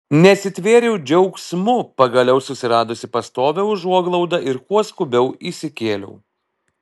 nesitvėriau džiaugsmu pagaliau susiradusi pastovią užuoglaudą ir kuo skubiau įsikėliau